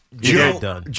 Joe